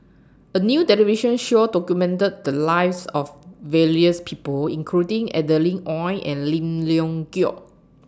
A New television Show documented The Lives of various People including Adeline Ooi and Lim Leong Geok